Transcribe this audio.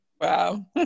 Wow